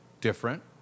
different